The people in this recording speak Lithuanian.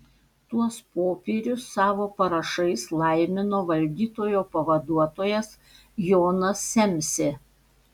tuos popierius savo parašais laimino valdytojo pavaduotojas jonas semsė